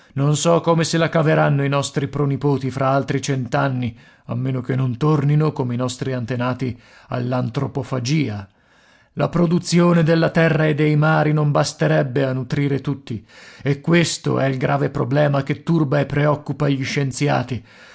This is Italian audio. non so come se la caveranno i nostri pronipoti fra altri cent'anni a meno che non tornino come i nostri antenati all'antropofagia la produzione della terra e dei mari non basterebbe a nutrire tutti e questo è il grave problema che turba e preoccupa gli scienziati